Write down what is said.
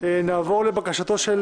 הסיעתי של